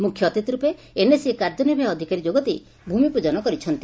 ମୁଖ୍ୟ ଅତିଥିର୍ପେ ଏନଏସି କାର୍ଯ୍ୟନିର୍ବାହୀ ଅଧିକାରୀ ଯୋଗଦେଇ ଭୂମିପୁଜନ କରିଛନ୍ତି